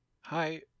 Hi